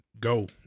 go